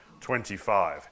25